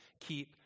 keep